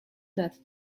that